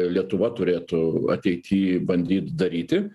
lietuva turėtų ateity bandyt daryti